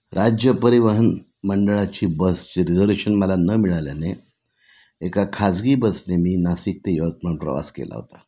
राज्य परिवहन मंडळाची बसची रिजर्वेशन मला न मिळाल्याने एका खाजगी बसने मी नाशिक ते यवतमाळ प्रवास केला होता